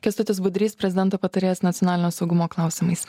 kęstutis budrys prezidento patarėjas nacionalinio saugumo klausimais